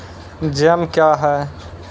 Jam क्या हैं?